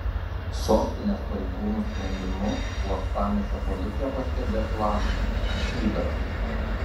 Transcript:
sostinės pareigūnų sprendimu uostamiesčio policija paskelbė planą skydas